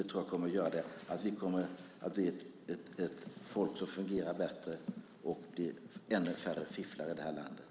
Det kommer att innebära att vi blir ett folk som fungerar bättre och att det blir ännu färre fifflare i landet.